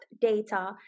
data